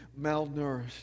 malnourished